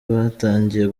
batangiye